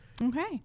okay